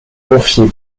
confiés